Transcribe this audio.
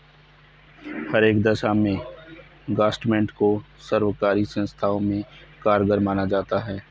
हर एक दशा में ग्रास्मेंट को सर्वकारी संस्थाओं में कारगर माना जाता है